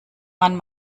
man